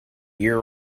year